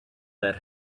that